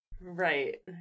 Right